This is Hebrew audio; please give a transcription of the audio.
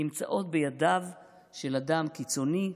נמצאות בידיו של אדם קיצוני,